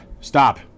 Stop